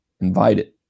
invited